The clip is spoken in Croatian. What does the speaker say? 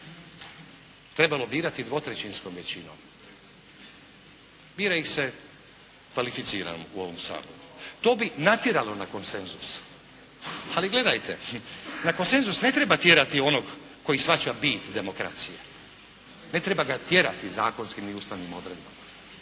trebalo birati dvotrećinskom većinom. Bira ih se kvalificirano u ovom Saboru. To bi natjeralo na konsenzus. Ali, gledajte, na konsenzus ne treba tjerati onog koji shvaća bit demokracije, ne treba ga tjerati zakonskim ni ustavnim odredbama.